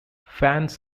fans